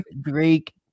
Drake